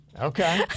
Okay